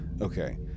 Okay